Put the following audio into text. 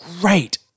great